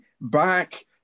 back